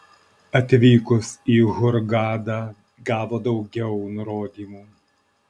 atvykus į hurgadą gavo daugiau nurodymų